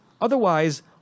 otherwise